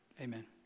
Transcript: Amen